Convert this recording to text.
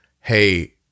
Hey